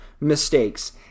mistakes